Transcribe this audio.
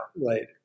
later